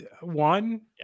one